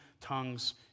tongues